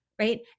Right